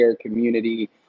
community